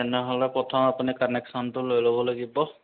তেনেহ'লে প্ৰথম আপুনি কানেকশ্যনটো লৈ ল'ব লাগিব